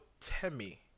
Temi